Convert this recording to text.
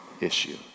issue